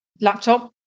laptop